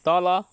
तल